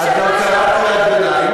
את גם קראת עלי גנאי,